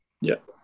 yes